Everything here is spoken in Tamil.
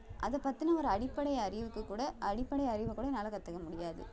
அதைப் பற்றின ஒரு அடிப்படை அறிவுக்கு கூட அடிப்படை அறிவைக் கூட என்னால் கற்றுக்க முடியாது